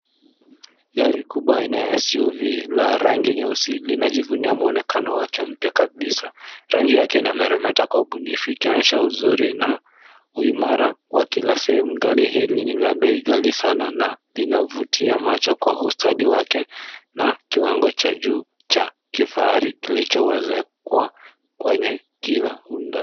Gari kubwa aina ya suv[cv] la rangi nyeusi linajivunia muonekano wake mpya kabisa. Rangi yake inameremeta kwa ubunifu ikionyesha uzuri na uimara kwa kila sehemu. Gari hili ni la bei ghali sana na linavutia macho kwa ustadi wake na kiwango cha juu cha kifahari kilichoweza kuwa kwenye kila undani.